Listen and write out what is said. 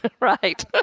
right